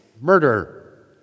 murder